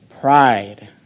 pride